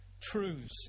truths